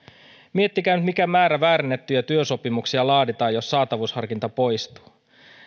miettikää nyt mikä määrä väärennettyjä työsopimuksia laaditaan jos saatavuusharkinta poistuu